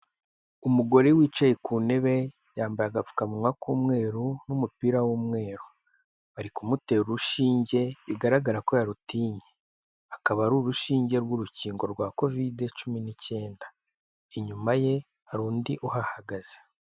Umugore wicaye ku ntebe yambaye agapfukamunwa k'umweru n'umupira w'umweru bari kumutera urushinge bigaragara ko yarutinye akaba ari urushinge rw'urukingo rwa kovide cumi n'icyenda inyuma ye hari undi uhahagaze.